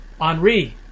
Henri